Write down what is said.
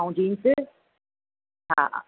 ऐं जीन्स हा